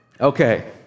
Okay